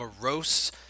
morose